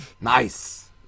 Nice